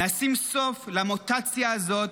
נשים סוף למוטציה הזאת,